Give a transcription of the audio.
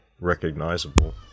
recognizable